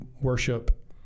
worship